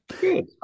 good